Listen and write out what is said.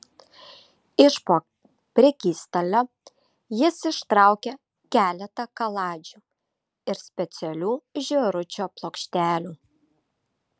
iš po prekystalio jis ištraukė keletą kaladžių ir specialių žėručio plokštelių